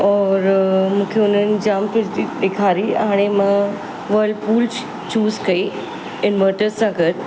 और मूंखे हुननि जाम फ्रिज ॾेखारी हाणे मां वलपूल चूस कई इनवटर सां गॾु